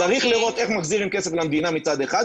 צריך לראות איך מחזירים כסף למדינה מצד אחד,